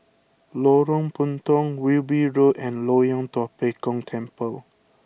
Lorong Puntong Wilby Road and Loyang Tua Pek Kong Temple